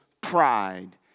pride